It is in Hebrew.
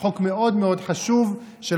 חוק מאוד חשוב מאוד,